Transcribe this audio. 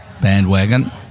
bandwagon